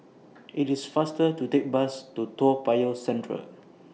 IT IS faster to Take Bus to Toa Payoh Central